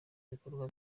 ibikorwa